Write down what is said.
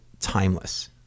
timeless